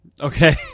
Okay